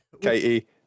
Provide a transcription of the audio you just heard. Katie